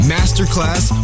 Masterclass